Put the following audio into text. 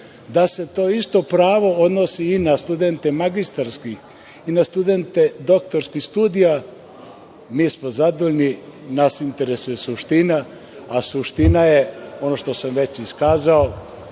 da se to isto pravo odnosi i na studente magistarskih i na studente doktorskih studija, mi smo zadovoljni. Nas interesuje suština, a suština, ono što sam već iskazao,